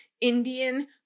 Indian